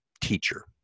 teacher